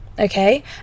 Okay